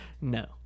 No